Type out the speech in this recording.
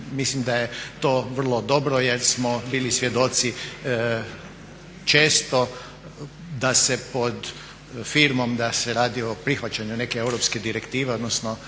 Mislim da je to vrlo dobro jel smo bili svjedoci često da se pod firmom da se radi o prihvaćanju neke europske direktive odnosno